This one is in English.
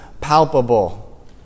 palpable